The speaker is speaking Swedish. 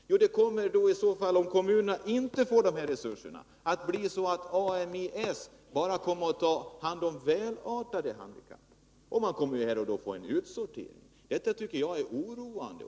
Om kommunerna inte får resurserna, kommer Ami-S bara att ta hand om välartade handikappade. Det kommer att bli en utsortering. Detta tycker jag är oroande.